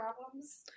problems